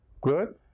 Good